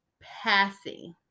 passing